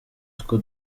two